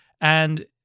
And-